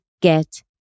get